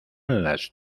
las